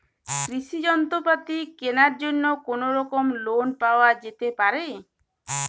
কৃষিযন্ত্রপাতি কেনার জন্য কোনোরকম লোন পাওয়া যেতে পারে?